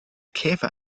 käfer